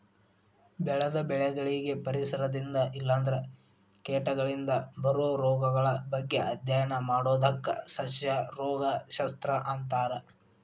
ಬೆಳೆದ ಬೆಳಿಗಳಿಗೆ ಪರಿಸರದಿಂದ ಇಲ್ಲಂದ್ರ ಕೇಟಗಳಿಂದ ಬರೋ ರೋಗಗಳ ಬಗ್ಗೆ ಅಧ್ಯಯನ ಮಾಡೋದಕ್ಕ ಸಸ್ಯ ರೋಗ ಶಸ್ತ್ರ ಅಂತಾರ